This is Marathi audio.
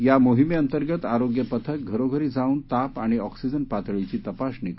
या मोहिमे अंतर्गत आरोग्य पथक घरोघरी जाऊन ताप आणि ऑक्सिजन पातळीची तपासणी करीत आहे